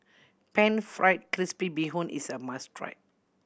Pan Fried Crispy Bee Hoon is a must try